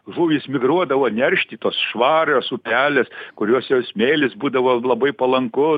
žuvys migruodavo neršti tos švarios upelės kuriose smėlis būdavo labai palanku